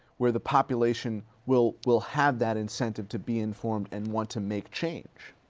where the population will, will have that incentive to be informed, and want to make change?